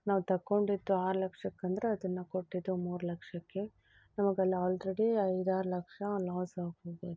ನಾವು ತಗೊಂಡಿದ್ದು ಆರು ಲಕ್ಷಕ್ಕೆಂದ್ರೆ ಅದನ್ನು ಕೊಟ್ಟಿದ್ದು ಮೂರು ಲಕ್ಷಕ್ಕೆ ನಮಗಲ್ಲಿ ಆಲ್ರೆಡಿ ಐದಾರು ಲಕ್ಷ ಲಾಸ್ ಆಗಿ ಹೋಗೋದು